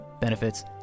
benefits